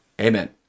amen